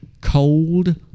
cold